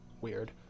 weird